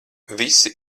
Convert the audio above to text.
visi